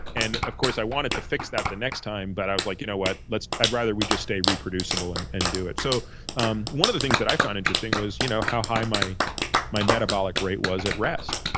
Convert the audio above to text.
and, of course, i wanted to fix that the next time. but i was like, you know what? i'd rather we just stay reproducible and and do it. so um one of the things that i found interesting was you know how high my my metabolic rate was at rest.